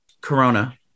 Corona